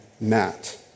Matt